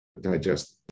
digest